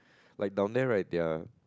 like down there right their